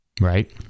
Right